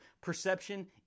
perception